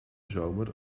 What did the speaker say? zomer